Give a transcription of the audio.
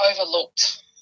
overlooked